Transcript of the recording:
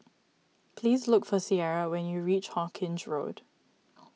please look for Ciera when you reach Hawkinge Road